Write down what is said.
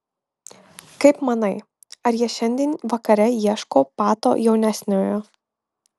kaip manai ar jie šiandien vakare ieško pato jaunesniojo